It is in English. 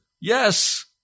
Yes